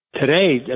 Today